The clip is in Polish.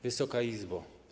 Wysoka Izbo!